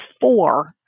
four